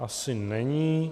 Asi není.